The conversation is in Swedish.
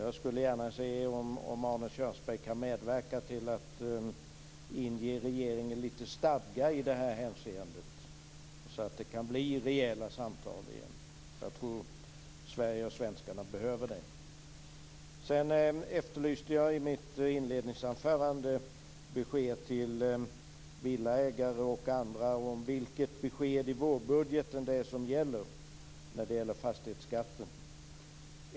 Jag skulle gärna vilja se om Arne Kjörnsberg kan medverka till att inge regeringen lite stadga i det hänseendet, så att det kan bli rejäla samtal igen. Jag tror att Sverige och svenskarna behöver det. Sedan efterlyste jag i mitt inledningsanförande besked till villaägare och andra om vilket besked i vårbudgeten det är som gäller i fråga om fastighetsskatten.